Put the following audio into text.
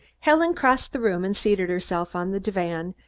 helen crossed the room and seated herself on the divan,